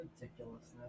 Ridiculousness